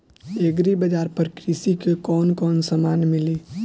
Agri बाजार पर कृषि के कवन कवन समान मिली?